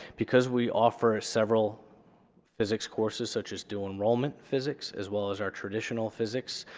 because we offer several physics courses such as dual enrollment physics as well as our traditional physics,